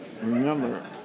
remember